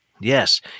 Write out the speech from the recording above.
Yes